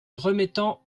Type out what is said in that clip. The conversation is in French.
remettant